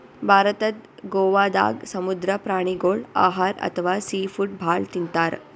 ಭಾರತದ್ ಗೋವಾದಾಗ್ ಸಮುದ್ರ ಪ್ರಾಣಿಗೋಳ್ ಆಹಾರ್ ಅಥವಾ ಸೀ ಫುಡ್ ಭಾಳ್ ತಿಂತಾರ್